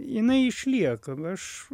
jinai išlieka nu aš